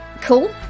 Cool